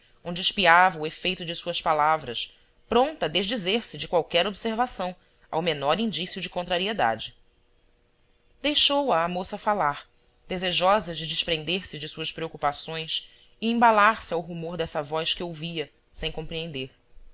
onde espiava o efeito de suas palavras pronta a desdizer se de qualquer observação ao menor indício de contrariedade deixou-a a moça falar desejosa de desprender-se de suas preo cupações e embalar se ao rumor dessa voz que ouvia sem compreender